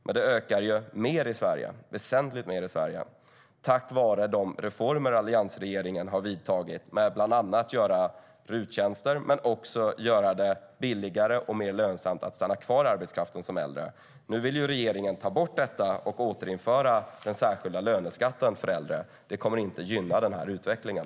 Men det ökar väsentligt mer i Sverige, tack vare de reformer alliansregeringen har gjort. Det handlar bland annat om RUT-tjänster men också om att göra det billigare och mer lönsamt att stanna kvar i arbetskraften som äldre. Nu vill regeringen ta bort detta och återinföra den särskilda löneskatten för äldre. Det kommer inte att gynna den här utvecklingen.